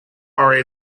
are